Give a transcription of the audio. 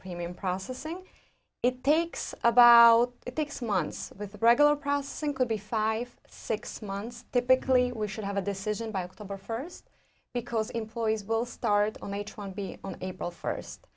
premium processing it takes about six months with regular processing could be five six months typically we should have a decision by october first because employees will start on may twenty be on april first